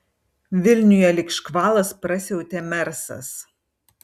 vilniuje lyg škvalas prasiautė mersas